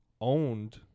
owned